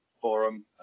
forum